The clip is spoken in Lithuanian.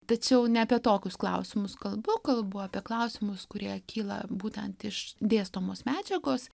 tačiau ne apie tokius klausimus kalbu kalbu apie klausimus kurie kyla būtent iš dėstomos medžiagos